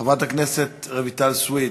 חברת הכנסת רויטל סויד,